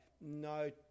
no